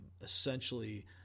essentially